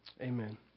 Amen